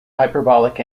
hyperbolic